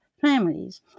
families